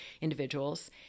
individuals